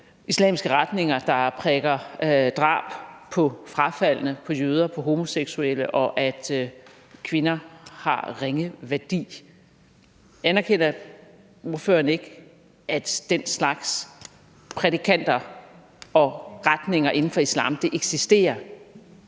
islamiske retninger, der prædiker drab på frafaldne, på jøder, på homoseksuelle, og at kvinder har ringe værdi? Anerkender ordføreren ikke, at den slags prædikanter og retninger inden for islam eksisterer?